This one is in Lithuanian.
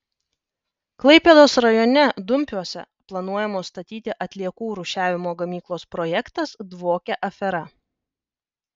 klaipėdos rajone dumpiuose planuojamos statyti atliekų rūšiavimo gamyklos projektas dvokia afera